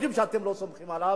אנחנו יודעים שאתם לא סומכים עליו,